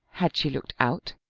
had she looked out,